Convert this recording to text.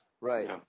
Right